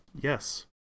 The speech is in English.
Yes